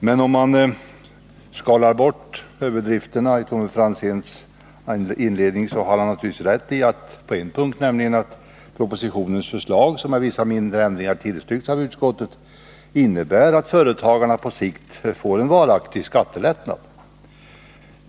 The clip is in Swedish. Men om man skalar bort överdrifterna i Tommy Franzéns inledning finner man att han har rätt på en punkt, nämligen att propositionens förslag, som med vissa mindre ändringar har tillstyrkts av utskottet, innebär att företagarna på sikt får en varaktig skattelättnad.